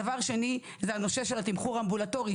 דבר שני זה הנושא של התמחור האמבולטורי.